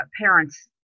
parents